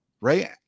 Right